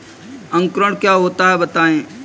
अंकुरण क्या होता है बताएँ?